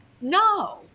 No